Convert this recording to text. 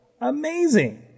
Amazing